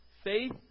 faith